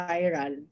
Viral